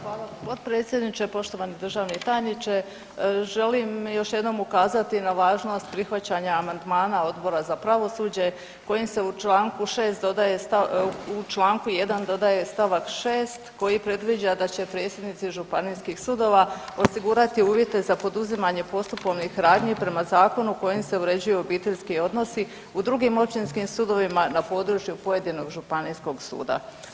Hvala potpredsjedniče, poštovani državni tajniče, želim još jednom ukazati na važnost prihvaćanja amandmana Odbora za pravosuđe kojim se u čl. 6 dodaje, u čl. 1 dodaje st. 6 koji predviđa da će predsjednici županijskih sudova osigurati uvjete za poduzimanje postupovnih radnji prema zakonu kojim se uređuju obiteljski odnosi u drugim općinskim sudovima na podruju pojedinog županijskog suda.